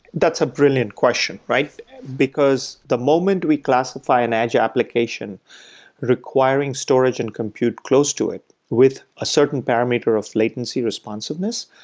that's a brilliant question, because the moment we classify an edge application requiring storage and compute close to it with a certain parameter of latency responsiveness,